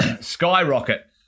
skyrocket